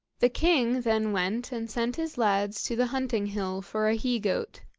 the king then went and sent his lads to the hunting-hill for a he-goat,